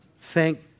Thank